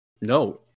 No